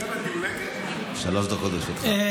שלוש דקות לרשותך.